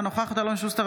אינה נוכחת אלון שוסטר,